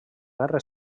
guerra